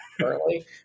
currently